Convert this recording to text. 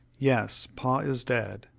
yes, pa is dead,